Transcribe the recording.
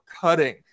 cutting